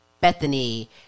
Bethany